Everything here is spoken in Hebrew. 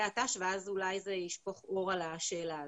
תנאי השירות ואז אולי זה ישפוך אור על השאלה הזו.